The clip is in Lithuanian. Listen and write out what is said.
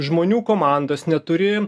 žmonių komandos neturi